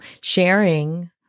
sharing